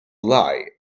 lie